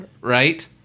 right